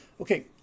Okay